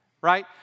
Right